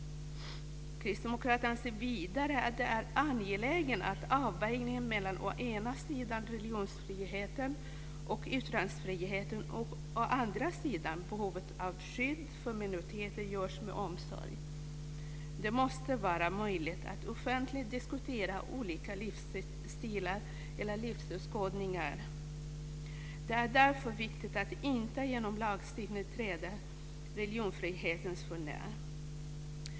Kristdemokraterna anser vidare att det är angeläget att avvägningen mellan å ena sidan religionsfriheten och yttrandefriheten och å andra sidan behovet av skydd för minoriteter görs med omsorg. Det måste vara möjligt att offentligt diskutera olika livsstilar eller livsåskådningar. Det är därför viktigt att inte genom lagstiftning träda religionsfriheten för när.